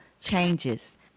changes